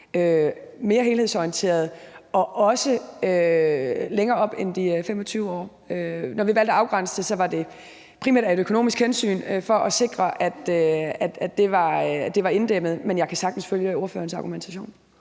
mere helhedsorienteret og også længere op end de 25 år. Når vi valgte at afgrænse det, var det primært af et økonomisk hensyn for at sikre, at det var inddæmmet. Men jeg kan sagtens følge ordførerens argumentation.